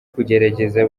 kugerageza